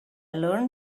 learn